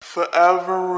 Forever